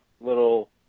little